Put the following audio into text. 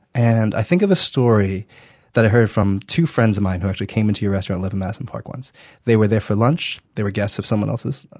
and i think of a story that i heard from two friends of mine who actually came into your restaurant, eleven madison park. they were there for lunch. they were guests of someone else's,